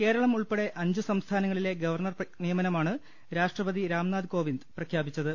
കേരളം ഉൾപ്പെടെ അഞ്ചു സംസ്ഥാ നങ്ങളിലെ ഗവർണ്ണർ നിയമനമാണ് രാഷ്ട്രപതി രാംനാഥ് കോവിന്ദ് പ്രഖ്യാ പിച്ചത്